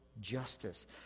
justice